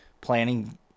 planning